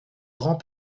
grand